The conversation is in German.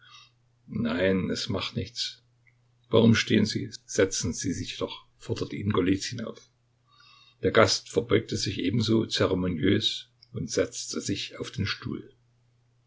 nein es macht nichts warum stehen sie setzen sie sich doch forderte ihn golizyn auf der gast verbeugte sich ebenso zeremoniös und setzte sich auf den stuhl